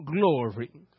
glory